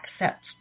accept